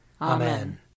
Amen